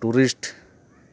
tourist